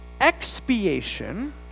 Expiation